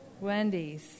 Wendy's